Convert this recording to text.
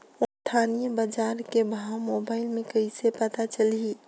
स्थानीय बजार के भाव मोबाइल मे कइसे पता चलही?